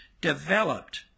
developed